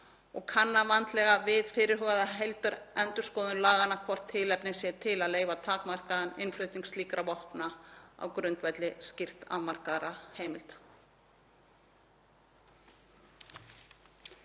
og kanna vandlega við fyrirhugaða heildarendurskoðun laganna hvort tilefni sé til að leyfa takmarkaðan innflutning slíkra vopna á grundvelli skýrt afmarkaðra heimilda.